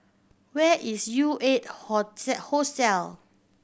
where is U Eight Hostel